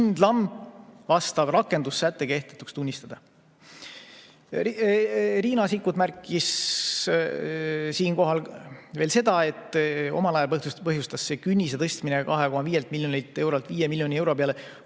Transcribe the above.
õiguskindlam vastav rakendussäte kehtetuks tunnistada. Riina Sikkut märkis siinkohal veel seda, et omal ajal põhjustas künnise tõstmine 2,5 miljonilt eurolt 5 miljoni euro peale